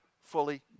fully